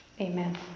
Amen